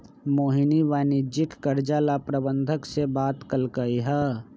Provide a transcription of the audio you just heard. मोहिनी वाणिज्यिक कर्जा ला प्रबंधक से बात कलकई ह